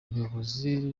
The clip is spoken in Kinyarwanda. ubuyobozi